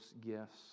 gifts